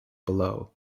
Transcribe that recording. below